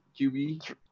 QB